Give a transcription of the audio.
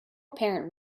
apparent